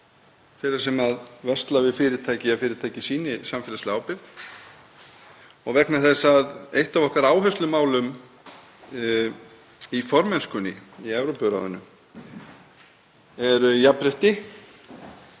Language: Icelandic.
þeirra sem versla við fyrirtæki að fyrirtækið sýni samfélagslega ábyrgð. Vegna þess að eitt af okkar áherslumálum í formennskunni í Evrópuráðinu er jafnrétti